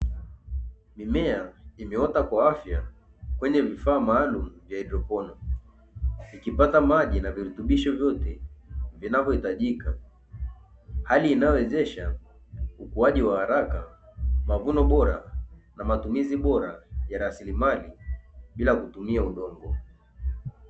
Mimea imeota kwa afya kwenye vifaa maalumu vya haidroponi, ikipata maji na virutubisho vyote vinavyo hitajika. Hali inayowezesha ukuaji wa haraka, mavuno bora na matumizi bora ya rasilimali bila kutumia udongo.